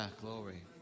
Glory